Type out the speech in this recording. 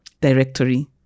directory